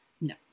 no